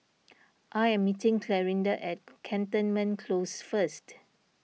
I am meeting Clarinda at Cantonment Close first